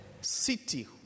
city